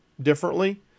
differently